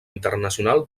internacional